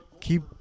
Keep